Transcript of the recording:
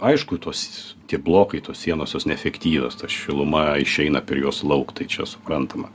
aišku tos tie blokai tos sienos jos neefektyvios ta šiluma išeina per juos lauk tai čia suprantama